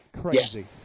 crazy